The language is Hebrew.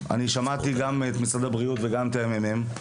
שמעתי גם את משרד הבריאות וגם את הממ"מ,